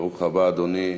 ברוך הבא, אדוני.